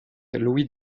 louis